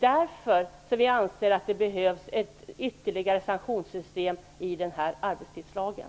Därför anser vi att det behövs ett ytterligare sanktionssystem i arbetstidslagen.